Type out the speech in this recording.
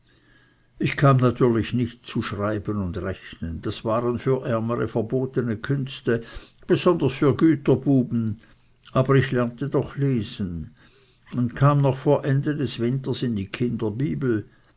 ich kam natürlich nicht zu schreiben und rechnen das waren für ärmere verbotene künste besonders für güterbuben aber ich lernte doch lesen und kam noch vor ende des winters in die kinderbibel